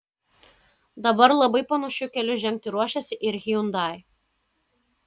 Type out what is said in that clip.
dabar labai panašiu keliu žengti ruošiasi ir hyundai